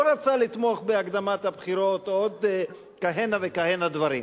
רצה לתמוך בהקדמת הבחירות או עוד כהנה וכהנה דברים.